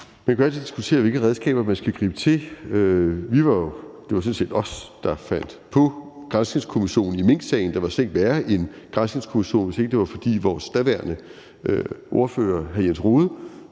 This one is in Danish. Man kan jo altid diskutere, hvilke redskaber man skal gribe til. Det var sådan set os, der fandt på granskningskommissionen i minksagen – der ville slet ikke være en granskningskommission, hvis ikke det var, fordi vores daværende ordfører, hr. Jens Rohde,